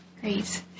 Great